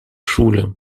schule